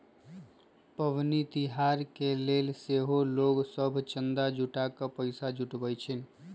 पबनि तिहार के लेल सेहो लोग सभ चंदा उठा कऽ पैसा जुटाबइ छिन्ह